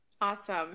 awesome